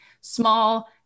small